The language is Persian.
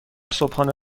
صبحانه